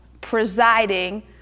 presiding